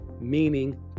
meaning